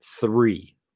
Three